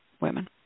women